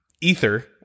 ether